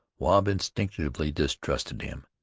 wahb instinctively distrusted him,